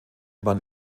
man